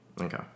Okay